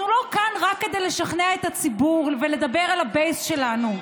אנחנו לא כאן רק כדי לשכנע את הציבור ולדבר על הבייס שלנו.